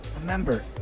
Remember